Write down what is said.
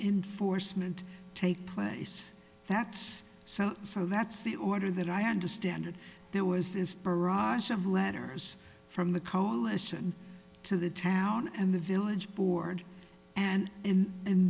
enforcement take place that's sound so that's the order that i understand it there was in spring of letters from the coalition to the town and the village board and in